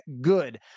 good